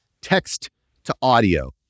text-to-audio